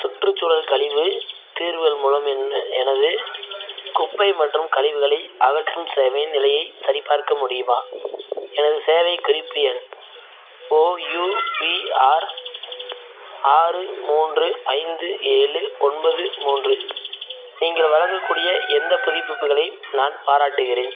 சுற்றுச்சூழல் கழிவு தீர்வுகள் மூலம் என் எனது குப்பை மற்றும் கழிவுகளை அகற்றும் சேவையின் நிலையைச் சரிபார்க்க முடியுமா எனது சேவை குறிப்பு எண் ஓயூ பிஆர் ஆறு மூன்று ஐந்து ஏழு ஒன்பது மூன்று நீங்கள் வழங்கக்கூடிய எந்த புதுப்பிப்புகளை நான் பாராட்டுகிறேன்